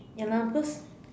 ya lah because